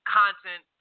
content